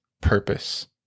purpose